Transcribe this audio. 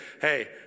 Hey